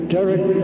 Derek